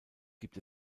gibt